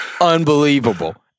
unbelievable